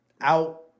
out